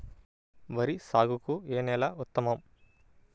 వరి సాగుకు ఏ నేల ఉత్తమం?